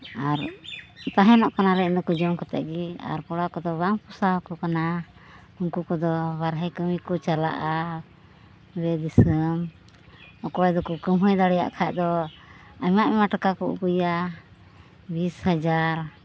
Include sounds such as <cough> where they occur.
ᱟᱨ ᱛᱟᱦᱮᱱᱚᱜ ᱠᱟᱱᱟᱞᱮ ᱤᱱᱟᱹ ᱠᱚ ᱡᱚᱢ ᱠᱟᱛᱮ ᱜᱮ ᱟᱨ ᱠᱚᱲᱟ ᱠᱚᱫᱚ ᱵᱟᱝ ᱯᱚᱥᱟᱣᱟᱠᱚ ᱠᱟᱱᱟ ᱩᱱᱠᱩ ᱠᱚᱫᱚ ᱵᱟᱨᱦᱮ ᱠᱟᱹᱢᱤ ᱠᱚ ᱪᱟᱞᱟᱜᱼᱟ <unintelligible> ᱚᱠᱚᱭ ᱫᱚᱠᱚ ᱠᱟᱹᱢᱦᱟᱹᱭ ᱫᱟᱲᱮᱭᱟᱜ ᱠᱷᱟᱡ ᱫᱚ ᱟᱭᱢᱟ ᱟᱭᱢᱟ ᱴᱟᱠᱟ ᱠᱚ ᱟᱹᱜᱩᱭᱟ ᱵᱤᱥ ᱦᱟᱡᱟᱨ